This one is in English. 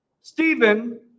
Stephen